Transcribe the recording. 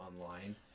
online